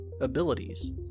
Abilities